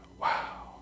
wow